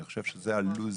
אני חושב שזה הלוז